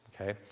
okay